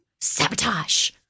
sabotage